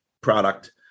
product